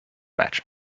match